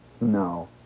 No